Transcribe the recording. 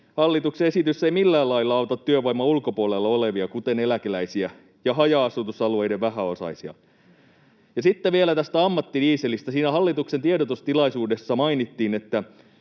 Hallituksen esitys ei millään lailla auta työvoiman ulkopuolella olevia, kuten eläkeläisiä ja haja-asutusalueiden vähäosaisia. Sitten vielä tästä ammattidieselistä. Siinä hallituksen tiedotustilaisuudessa mainittiin,